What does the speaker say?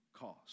cost